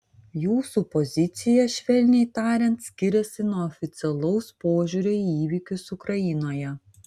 jūsų pozicija švelniai tariant skiriasi nuo oficialaus požiūrio į įvykius ukrainoje